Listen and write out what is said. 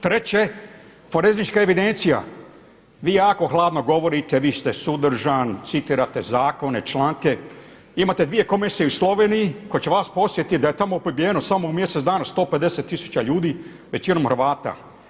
Treće forenzička evidencija vi jako hladno govorite vi ste suzdržan, citirate zakone, članke, imate dvije komisije u Sloveniji koje će vas podsjetiti da je tamo pobijeno samo u mjesec dana 150 tisuća ljudi većinom Hrvata.